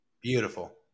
Beautiful